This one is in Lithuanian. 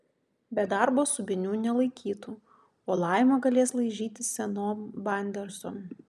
be darbo subinių nelaikytų o laima galės laižyti senom bandersom